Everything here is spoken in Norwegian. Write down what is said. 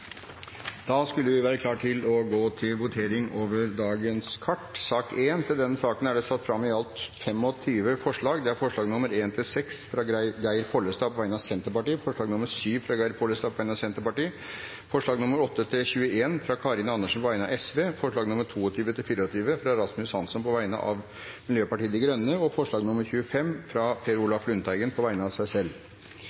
Da skulle vi være klare til å gå til votering. Under debatten er det satt fram i alt 25 forslag. Det er forslagene nr. 1–6, fra Geir Pollestad på vegne av Senterpartiet forslag nr. 7, fra Geir Pollestad på vegne av Senterpartiet forslagene nr. 8–21, fra Karin Andersen på vegne av Sosialistisk Venstreparti forslagene nr. 22–24, fra Rasmus Hansson på vegne av Miljøpartiet De Grønne forslag nr. 25, fra Per Olaf Lundteigen på vegne av seg selv